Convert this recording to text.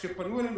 כשפנו אלינו,